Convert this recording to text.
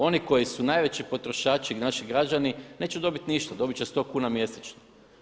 Oni koji su najveći potrošači naši građani, neće dobiti ništa, dobit će sto kuna mjesečno.